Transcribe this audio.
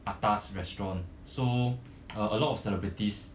atas restaurant so a lot of celebrities